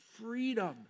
freedom